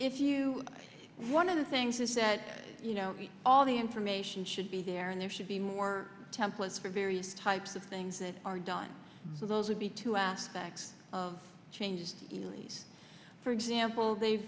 if you one of the things is that you know all the information should be there and there should be more templates for very types of things that are done those would be two aspects of changes for example they